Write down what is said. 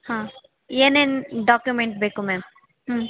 ಹಾಂ ಏನೇನು ಡಾಕ್ಯುಮೆಂಟ್ ಬೇಕು ಮ್ಯಾಮ್ ಹ್ಞೂ